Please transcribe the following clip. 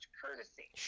courtesy